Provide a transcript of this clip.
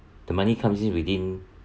the money comes in within